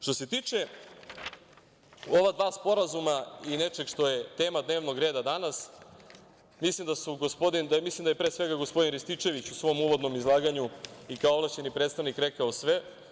Što se tiče ova dva sporazuma i nečega što je tema dnevnog reda danas, mislim da je pre svega gospodin Rističević u svom uvodnom izlaganju i kao ovlašćeni predstavnik rekao sve.